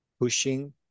Pushing